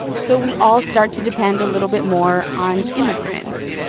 so we all start to depend a little bit more on immigrants.